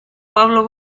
pablo